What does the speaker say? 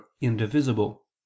indivisible